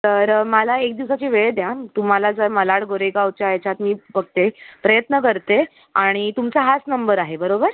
तर मला एक दिवसाची वेळ द्या तुम्हाला जर मालाड गोरेगावच्या ह्याच्यात मी बघते प्रयत्न करते आणि तुमचा हाच नंबर आहे बरोबर